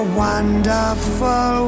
wonderful